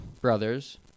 brothers